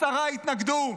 עשרה התנגדו.